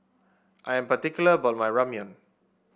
I am particular about my Ramyeon